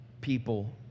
people